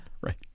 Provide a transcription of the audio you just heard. Right